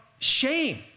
shame